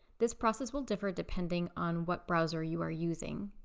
this process will differ depending on what browser you are using.